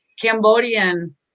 Cambodian